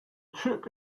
chip